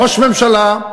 ראש ממשלה,